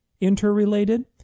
interrelated